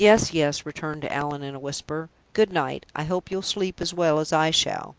yes, yes, returned allan, in a whisper. good-night i hope you'll sleep as well as i shall.